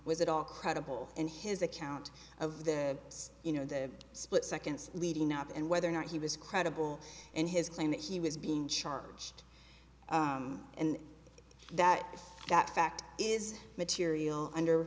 was at all credible in his account of the you know the split seconds leading up and whether or not he was credible and his claim that he was being charged and that got fact is material under